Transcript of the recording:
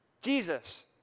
Jesus